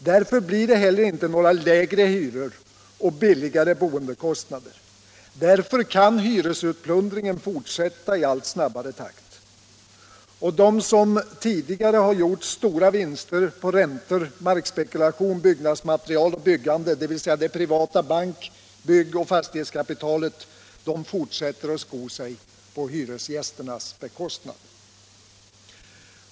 Därför blir det heller inte några lägre hyror och sänkta boendekostnader. Därför kan hyresutplundringen fortsätta i allt snabbare takt. De som tidigare har gjort stora vinster på räntor, markspekulation, byggnadsmaterial och byggande, dvs. det privata bank-, byggoch fastighetskapitalet, fortsätter att sko sig på hyresgästernas bekostnad.